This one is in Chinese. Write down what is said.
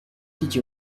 第九